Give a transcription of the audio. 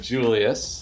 Julius